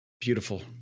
Beautiful